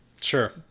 Sure